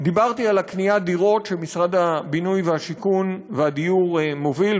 דיברתי על קניית דירות שמשרד הבינוי והשיכון והדיור מוביל,